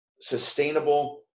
sustainable